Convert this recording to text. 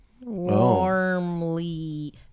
Warmly